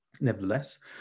Nevertheless